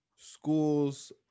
schools